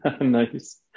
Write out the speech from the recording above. Nice